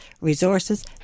resources